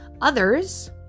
others